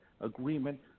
agreement